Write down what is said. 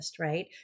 right